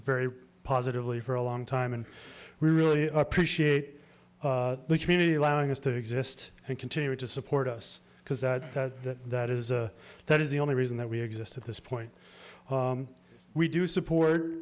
very positively for a long time and we really appreciate the community allowing us to exist and continue to support us because that that is that is the only reason that we exist at this point we do support